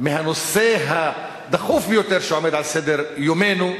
מהנושא הדחוף ביותר שעומד על סדר-יומנו,